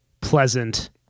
pleasant